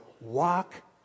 walk